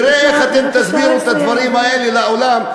נראה איך אתם תסבירו את הדברים האלה לעולם,